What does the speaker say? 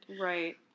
Right